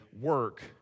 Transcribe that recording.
work